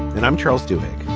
and i'm charles dubik.